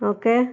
okay